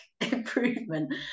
improvement